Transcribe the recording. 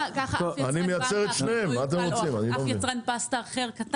אני מייצר את שניהם, מה אתם רוצים?